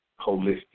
holistic